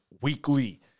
weekly